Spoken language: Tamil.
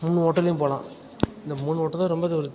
மூணு ஹோட்டலையும் போகலாம் இந்த மூணு ஹோட்டலும் ரொம்ப